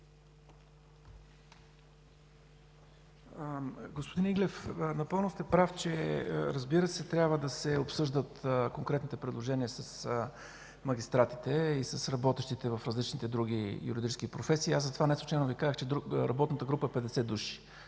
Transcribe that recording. Господин Иглев, напълно сте прав, че трябва да се обсъждат конкретните предложения с магистратите и с работещите в различните други юридически професии. Неслучайно Ви казах, че работната група е 50 души,